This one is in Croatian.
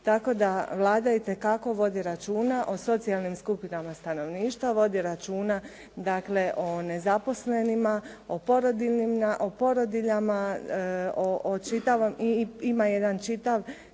Tako da Vlada itekako vodi računa o socijalnim skupinama stanovništva, vodi računa dakle o nezaposlenima, o porodiljama, ima jedan čitav